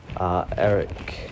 Eric